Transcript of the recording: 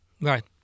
Right